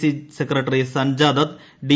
C secretary Sanjay Dutt D